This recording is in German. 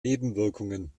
nebenwirkungen